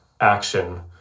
action